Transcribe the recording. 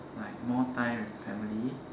like more time with family